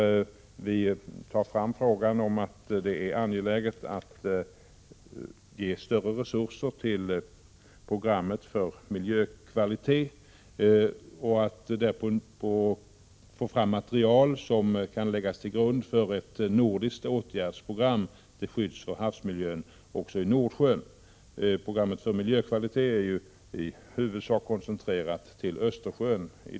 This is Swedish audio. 1986/87:131 upp det förhållandet att det är angeläget att ge större resurser till programmet 26 ma j 1987 för miljökvalitet och få fram material som kan läggas till grund för ett nordiskt åtgärdsprogram till skydd för havsmiljön också i Nordsjön. Programmet för miljökvalitet är i dagsläget i huvudsak koncentrerat till Östersjön.